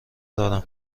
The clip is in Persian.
دارم